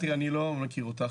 אני לא מכיר אותך,